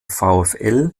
vfl